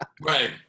Right